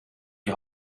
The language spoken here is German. die